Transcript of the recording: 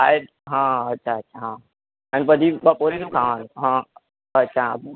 હા એટલે હા અચ્છા અચ્છા હા અને પછી બપોર પછી શું ખાવાનું હ અચ્છા